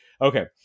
okay